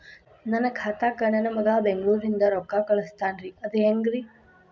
ನನ್ನ ಖಾತಾಕ್ಕ ನನ್ನ ಮಗಾ ಬೆಂಗಳೂರನಿಂದ ರೊಕ್ಕ ಕಳಸ್ತಾನ್ರಿ ಅದ ಹೆಂಗ್ರಿ?